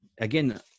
Again